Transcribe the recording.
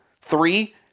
Three